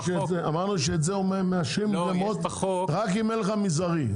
אמרנו שאת זה מאשרים רק אם אין לך מזערי.